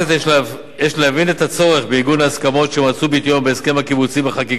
יש להבין את הצורך בעיגון ההסכמות שמצאו ביטוין בהסכם הקיבוצי בחקיקה,